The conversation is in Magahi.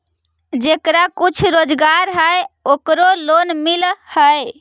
जेकरा कुछ रोजगार है ओकरे लोन मिल है?